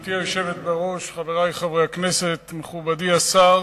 גברתי היושבת בראש, חברי חברי הכנסת, מכובדי השר,